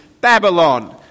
Babylon